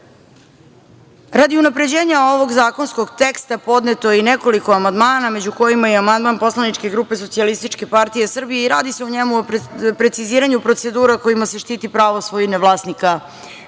unapređenja ovog zakonskog teksta podneto je i nekoliko amandmana, među kojima je i amandman poslaničke grupe Socijalističke partije Srbije i radi se o preciziranju procedura kojima se štiti pravo svojine vlasnika